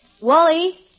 Wally